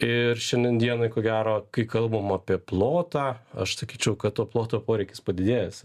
ir šiandien dienai ko gero kai kalbam apie plotą aš sakyčiau kad to ploto poreikis padidėjęs